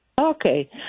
Okay